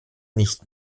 nicht